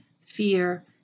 fear